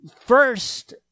first